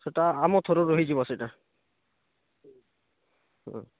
ସେଇଟା ଆମ ଥ୍ରୁରୁ ରହିଯିବ ସେଇଟା ହୁଁ